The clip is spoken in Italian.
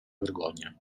vergogna